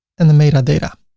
and the metadata.